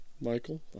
Michael